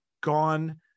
gone